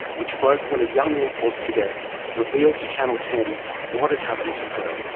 which broke when a young air force cadet revealed to channel ten what had happened to her.